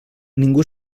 ningú